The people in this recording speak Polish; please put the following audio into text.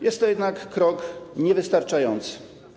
Jest to jednak krok niewystarczający.